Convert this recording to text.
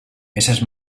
esas